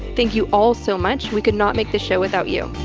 thank you all so much. we could not make the show without you